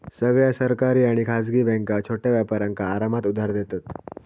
सगळ्या सरकारी आणि खासगी बॅन्का छोट्या व्यापारांका आरामात उधार देतत